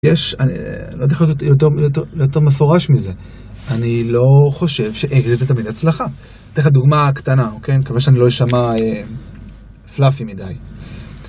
יש, אני לא יודע איך להיות יותר, יותר מפורש מזה. אני לא חושב ש... אה, זה תמיד הצלחה. אתן לך דוגמה קטנה, אוקיי? אני מקווה שאני לא אשמע פלאפי מדי